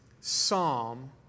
psalm